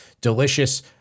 delicious